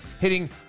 hitting